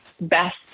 best